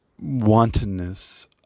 wantonness